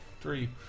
Three